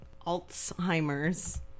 Alzheimer's